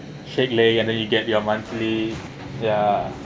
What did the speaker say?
shake leg and then you get your monthly ya